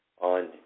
on